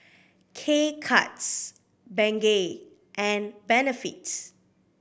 K Cuts Bengay and Benefit